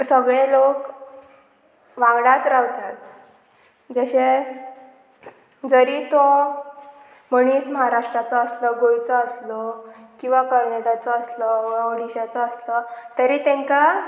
सगळे लोक वांगडात रावतात जशें जरी तो मणीस महाराष्ट्राचो आसलो गोंयचो आसलो किंवां कर्नाटाचो आसलो वा ओडिश्याचो आसलो तरी तेंकां